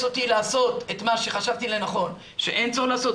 אותי לעשות את מה שחשבתי לנכון שאין צורך לעשות,